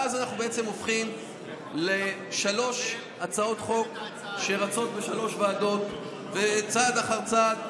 ואז אנחנו הופכים לשלוש הצעות חוק שרצות בשלוש ועדות צעד אחר צעד.